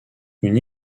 une